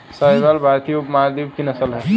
साहीवाल भारतीय उपमहाद्वीप की नस्ल है